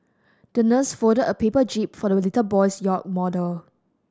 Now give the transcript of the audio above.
the nurse folded a paper jib for the little boy's yacht model